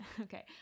Okay